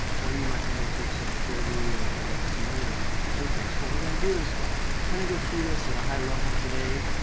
when you might want to take some security and and some other other things. what we're going to do is kind of go through this at a high level today.